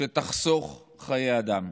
שתחסוך חיי אדם.